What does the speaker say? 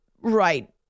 right